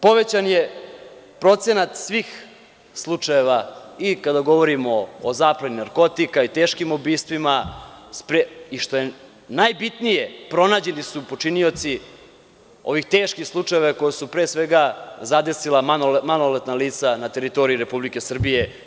Povećan je procenat svih slučajeva i kada govorimo o zapleni narkotika i teškim ubistvima i, što je najbitnije, pronađeni su počinioci ovih teških slučajeva koji su pre svega zadesila maloletna lica na teritoriji Republike Srbije.